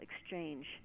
Exchange